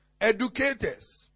educators